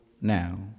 now